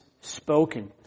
spoken